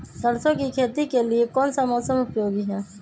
सरसो की खेती के लिए कौन सा मौसम उपयोगी है?